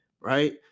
right